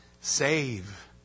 save